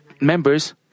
members